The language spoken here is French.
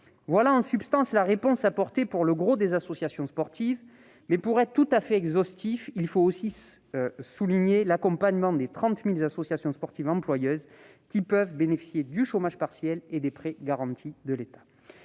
Voilà, en substance, la réponse apportée pour le gros des associations sportives. Pour être tout à fait exhaustif, il faut citer également l'accompagnement des 30 000 associations sportives employeuses, qui peuvent bénéficier du chômage partiel et des prêts garantis par l'État